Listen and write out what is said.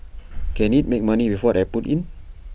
can IT make money with what I put in